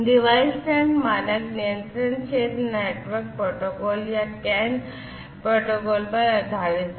device net मानक नियंत्रक क्षेत्र नेटवर्क प्रोटोकॉल या CAN प्रोटोकॉल पर आधारित है